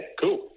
cool